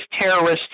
terrorists